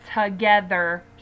together